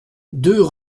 deux